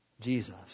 Jesus